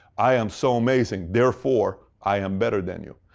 i am so amazing. therefore, i am better than you.